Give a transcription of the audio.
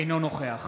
אינו נוכח